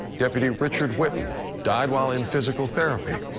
deputy richard witten died while in physical therapy.